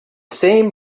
same